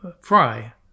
fry